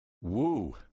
Woo